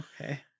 okay